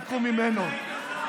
לקחו ממנו.